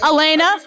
Elena